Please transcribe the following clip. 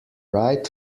right